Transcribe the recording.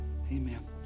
Amen